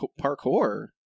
parkour